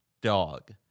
dog